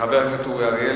חבר הכנסת מיכאל בן-ארי.